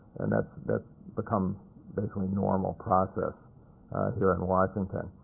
and that's become basically a normal process here in washington.